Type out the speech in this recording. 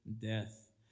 death